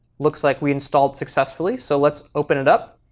looks like we installed successfully, so let's open it up.